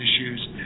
issues